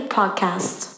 Podcast